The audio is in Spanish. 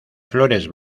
flores